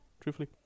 truthfully